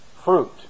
fruit